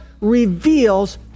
reveals